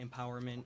empowerment